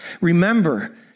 remember